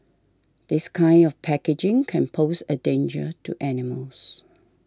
this kind of packaging can pose a danger to animals